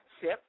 ship